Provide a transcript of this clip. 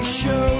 show